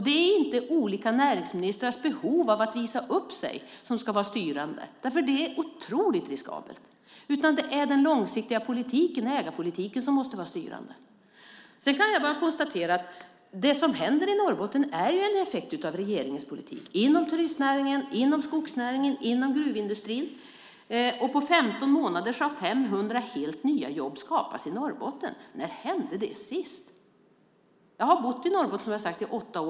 Det är inte olika näringsministrars behov av att visa upp sig som ska vara styrande. Det är otroligt riskabelt. Det är den långsiktiga politiken och ägarpolitiken som måste vara styrande. Jag kan bara konstatera att det som händer i Norrbotten är en effekt av regeringens politik inom turistnäringen, skognäringen och gruvindustrin. På 15 månader har 500 helt nya jobb skapats i Norrbotten. När hände det senast? Jag har bott i Norrbotten i åtta år, som jag sade tidigare.